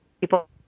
people